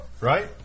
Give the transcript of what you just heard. right